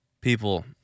people